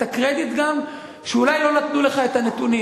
את הקרדיט, גם, שאולי לא נתנו לך את הנתונים.